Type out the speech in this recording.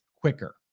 quicker